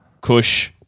Kush